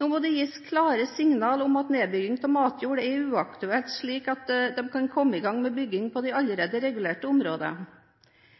Nå må det gis klare signaler om at nedbygging av matjord er uaktuelt, slik at de kan komme i gang med bygging på de allerede regulerte